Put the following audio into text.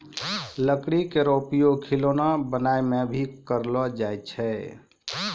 लकड़ी केरो उपयोग खिलौना बनाय म भी करलो जाय छै